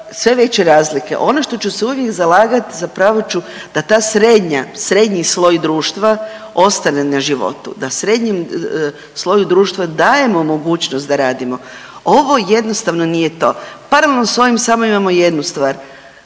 sve veće razlike. Ono što ću se uvijek zalagati zapravo ću da ta srednja, srednji sloj društva ostane na životu, da srednjem sloju društva dajemo mogućnost da radimo. Ovo jednostavno nije to. paralelno sa ovim samo imamo jednu stvar.